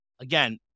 again